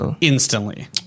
instantly